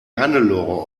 hannelore